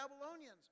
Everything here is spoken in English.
Babylonians